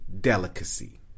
delicacy